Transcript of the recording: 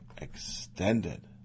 extended